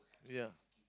ya